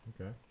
okay